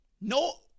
No